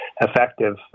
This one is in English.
effective